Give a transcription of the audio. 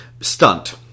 stunt